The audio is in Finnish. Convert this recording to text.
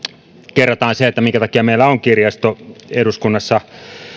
kerrataan se minkä takia meillä on kirjasto eduskunnassa